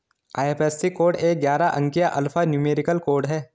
IFSC code एक ग्यारह अंकीय अल्फा न्यूमेरिक कोड है